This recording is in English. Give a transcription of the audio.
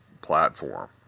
platform